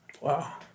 wow